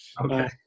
Okay